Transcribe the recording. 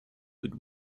with